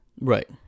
Right